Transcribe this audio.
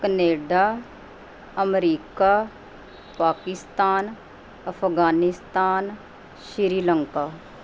Canada America Pakistan Afghanistan Sri Lanka